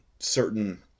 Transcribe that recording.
certain